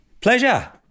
Pleasure